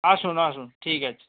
আসুন আসুন ঠিক আছে